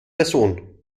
person